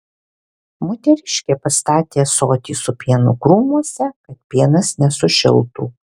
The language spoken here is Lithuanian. moteriškė pastatė ąsotį su pienu krūmuose kad pienas nesušiltų